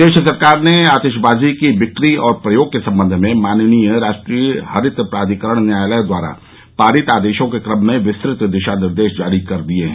प्रदेश सरकार ने आतिशबाजी की बिक्री और प्रयोग के संबंध में माननीय राष्ट्रीय हरित प्राधिकरण न्यायालय द्वारा पारित आदेशों के क्रम में विस्तृत दिशा निर्देश जारी कर दिये हैं